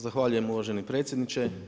Zahvaljujem uvaženi predsjedniče.